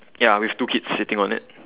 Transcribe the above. ya with two kids sitting on it